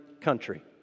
country